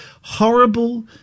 horrible